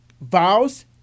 vowels